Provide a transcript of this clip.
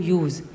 use